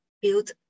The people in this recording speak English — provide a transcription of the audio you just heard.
build